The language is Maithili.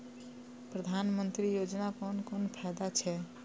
प्रधानमंत्री योजना कोन कोन फायदा छै?